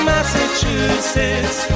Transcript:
Massachusetts